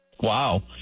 Wow